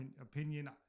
opinion